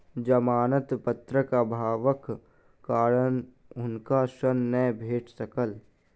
जमानत पत्रक अभावक कारण हुनका ऋण नै भेट सकल